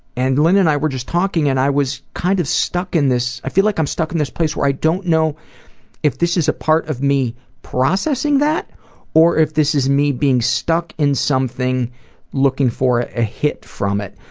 and lynn and i were just talking and i was kind of stuck in this i feel like i'm stuck in this place where i don't know if this is a part of me processing that or if this is me being stuck in something looking for a hit from it,